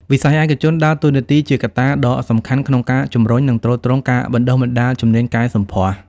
វិស័យឯកជនដើរតួនាទីជាកត្តាដ៏សំខាន់ក្នុងការជំរុញ និងទ្រទ្រង់ការបណ្តុះបណ្តាលជំនាញកែសម្ផស្ស។